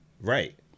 Right